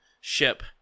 ship